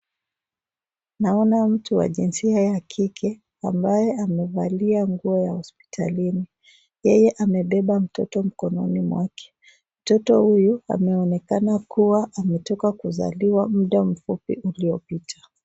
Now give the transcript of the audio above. Naona mtu wa jinsia ya kike ambaye amevalia nguo ya hospitalini. Yeye amebeba mtoto mkononi mwake. Mtoto huyu ameonekana kuwa ametoka kuzaliwa muda mfupi uliopita.